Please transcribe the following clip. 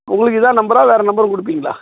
உங்களுக்கு இதான் நம்பரா வேறு நம்பர் கொடுப்பிங்களா